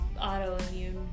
autoimmune